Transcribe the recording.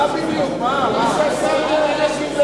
מה בדיוק, מי זה השר לענייני גמלאים?